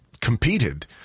competed